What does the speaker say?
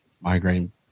migraine